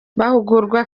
bahugurwa